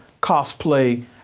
cosplay